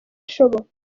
ishoboka